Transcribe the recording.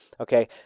Okay